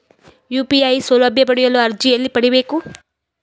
UPI ಸೌಲಭ್ಯ ಪಡೆಯಲು ಅರ್ಜಿ ಎಲ್ಲಿ ಪಡಿಬೇಕು?